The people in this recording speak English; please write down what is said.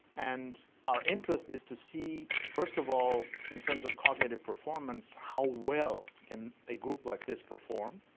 and our interest is to see, first of all in terms of cognitive performance, how well can a group like this perform.